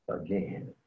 again